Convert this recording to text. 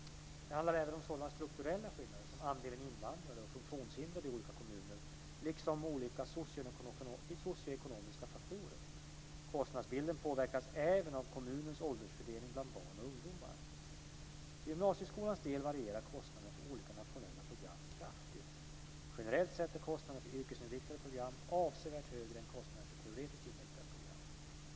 Det handlar även om sådana strukturella skillnader som andelen invandrare och funktionshindrade i olika kommuner liksom om olika socioekonomiska faktorer. Kostnadsbilden påverkas även av kommunens åldersfördelning bland barn och ungdomar. För gymnasieskolans del varierar kostnaderna för olika nationella program kraftigt. Generellt sett är kostnaderna för yrkesinriktade program avsevärt högre än kostnaderna för teoretiskt inriktade program.